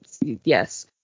Yes